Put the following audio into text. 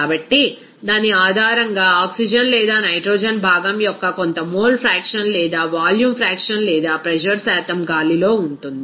కాబట్టి దాని ఆధారంగా ఆక్సిజన్ లేదా నైట్రోజన్ భాగం యొక్క కొంత మోల్ ఫ్రాక్షన్ లేదా వాల్యూమ్ ఫ్రాక్షన్ లేదా ప్రెజర్ శాతం గాలిలో ఉంటుంది